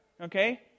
okay